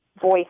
voice